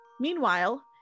Meanwhile